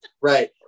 Right